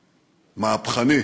מהפכני,